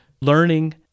learning